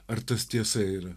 ar tas tiesa yra